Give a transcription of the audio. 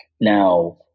Now